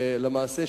למעשה,